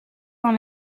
dans